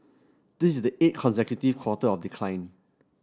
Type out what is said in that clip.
this is the eighth consecutive quarter of decline